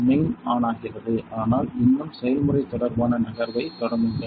main on ஆகிறது ஆனால் இன்னும் செயல்முறை தொடர்பான நகர்வைத் தொடங்குங்கள்